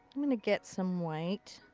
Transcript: i'm gonna get some white.